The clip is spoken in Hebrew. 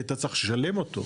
כי אתה צריך לשלם אותו.